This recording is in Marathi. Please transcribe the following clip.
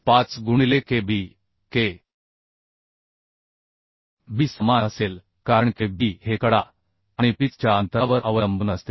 5 गुणिले K b K b समान असेल कारण K b हे वय आणि पिच च्या अंतरावर अवलंबून असते